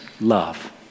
love